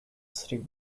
city